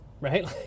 Right